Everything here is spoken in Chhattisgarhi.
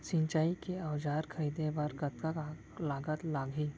सिंचाई के औजार खरीदे बर कतका लागत लागही?